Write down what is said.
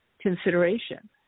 consideration